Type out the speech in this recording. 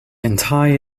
entire